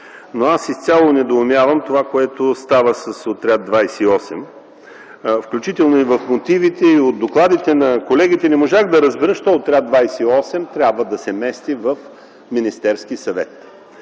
Аз изцяло недоумявам това, което става с Отряд 28. Включително и в мотивите, и от докладите на колегите не можах да разбера защо Отряд 28 трябва да се мести в Министерския съвет